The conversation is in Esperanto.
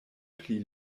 pli